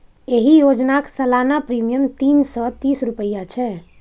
एहि योजनाक सालाना प्रीमियम तीन सय तीस रुपैया छै